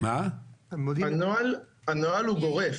הנוהל הוא גורף.